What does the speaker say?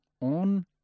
On